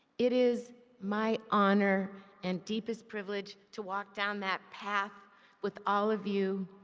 it is my honor and deepest privilege to walk down that path with all of you.